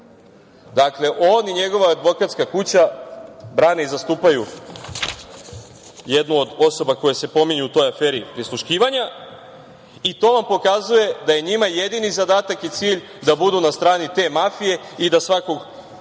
Dakle, on i njegova advokatska kuća brane i zastupaju jednu od osoba koje se pominju u toj aferi „prisluškivanja“ i to vam pokazuje da je njima jedini zadatak i cilj da budu na strani te mafije i da svakog